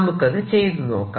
നമുക്ക് അത് ചെയ്തുനോക്കാം